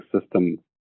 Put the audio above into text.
system